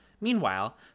Meanwhile